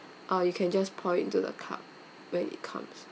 uh you can just pour it into the cup when it comes